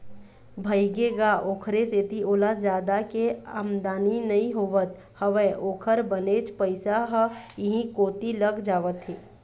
भइगे गा ओखरे सेती ओला जादा के आमदानी नइ होवत हवय ओखर बनेच पइसा ह इहीं कोती लग जावत हे